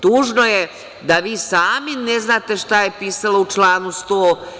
Tužno je da vi sami ne znate šta je pisalo u članu 100.